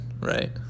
right